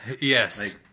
Yes